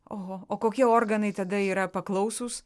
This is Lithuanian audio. oho o kokie organai tada yra paklausūs